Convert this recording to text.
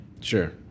Sure